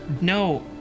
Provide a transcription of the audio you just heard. No